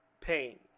pain